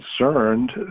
concerned